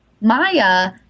Maya